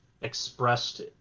expressed